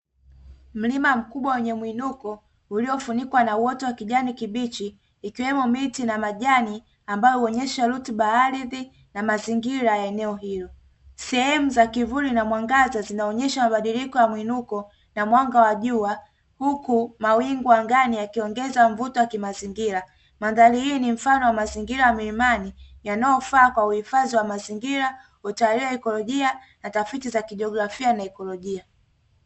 Mlima mkubwa wenye muinuko uliofunikwa na uoto wa kijani kibichi ikiwemo miti na majani, ambayo huonyesha rutuba ya ardhi na mazingira ya eneo hili, sehemu za kivuli na mwangaza zinaonyesha mabadiliko ya muinuko na mwanga wa jua, huku mawingu angani yakiongeza mvuto wa kimazingira, mandhari hii ni mfano wa mazingira ya milimani yanayofaa kwa uhifadhi wa mazingira, utalii wa ekolojia na tafiti za jiografia na ekolojia.